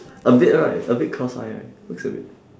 a bit right a bit cross eye right looks a bit